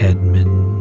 Edmund